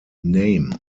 name